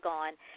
Gone